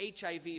HIV